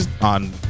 on